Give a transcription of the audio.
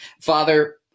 Father